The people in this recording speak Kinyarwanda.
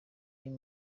uyu